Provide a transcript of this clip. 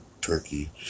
Turkey